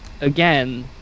again